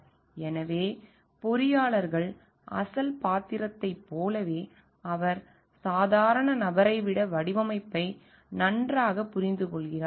எனவே பொறியாளரின் அசல் பாத்திரத்தைப் போலவே அவர் சாதாரண நபரை விட வடிவமைப்பை நன்றாகப் புரிந்துகொள்கிறார்